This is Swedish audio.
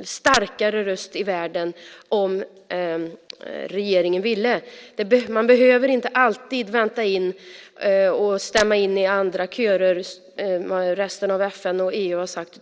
starkare röst i världen om regeringen ville. Man behöver inte alltid vänta in och stämma in i vad andra körer, resten av FN och EU, har sagt.